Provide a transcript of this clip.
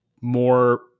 more